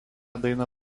dainą